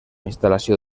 instal·lació